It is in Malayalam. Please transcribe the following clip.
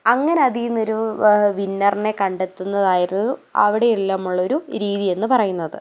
അങ്ങനെ അതിൽ നിന്ന് ഒരു വിന്നറിനെ കണ്ടെത്തുന്നതായിരുന്നു അവിടെയെല്ലാമുള്ളൊരു രീതിയെന്ന് പറയുന്നത്